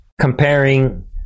comparing